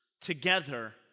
together